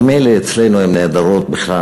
ממילא אצלנו הן נעדרות בכלל,